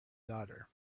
daughter